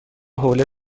حوله